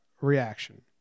reaction